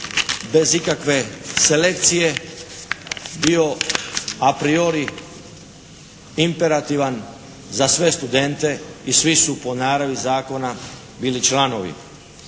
bez ikakve selekcije bio a priori imperativan za sve studente i svi su po naravi zakona bili članovi.